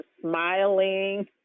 smiling